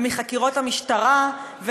ומחקירות המשטרה.